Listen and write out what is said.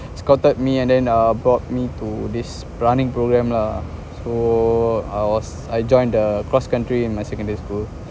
he scotted me and then err brought me to this running program lah so I was I joined a cross country in my secondary school